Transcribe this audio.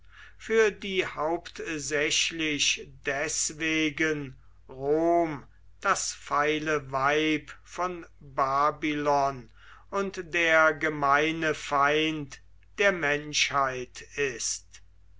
für die hauptsächlich deswegen rom das feile weib von babylon und der gemeine feind der menschheit ist